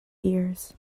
ears